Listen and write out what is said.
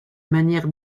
manière